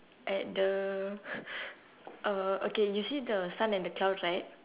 at the uh okay you see the sun and the cloud right